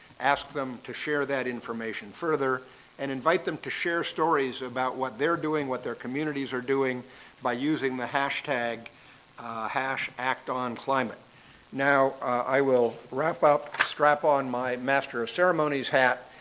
ask them to share that information further and invite them to share stories about what they're doing, what their communities are doing by using the hashtag hashtag actonclimate. now, i will wrap up, strap on my master of ceremonies hat,